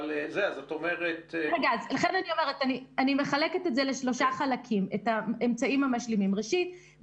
אני מחלקת את האמצעים המשלימים לשלושה חלקים: ראשית,